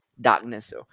darkness